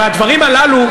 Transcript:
הדברים הללו,